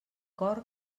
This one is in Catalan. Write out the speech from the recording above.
cor